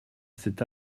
cet